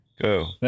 Go